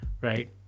right